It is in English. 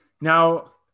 Now